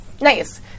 Nice